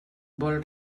vol